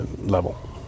level